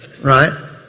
Right